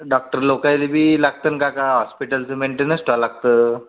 doctor लोकाला बी लागतं ना काका हॉस्पिटलचं मेंटेनेंस ठेवावं लागतं